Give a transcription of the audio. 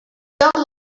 douglas